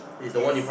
is